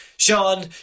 Sean